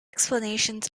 explanations